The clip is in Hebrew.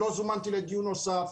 לא זומנתי לדיון נוסף.